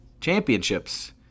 championships